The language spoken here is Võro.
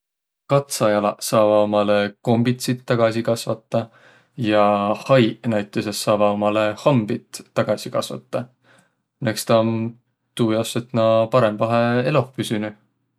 Katsajalaq saavaq umalõ kombitsit tagasi kasvataq ja haiq näütüses saavaq hindäle hambit tagasi kasvataq. Eks taa om tuujaos, et nä parõmbahe eloh püsünüq.